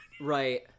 right